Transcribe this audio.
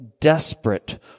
desperate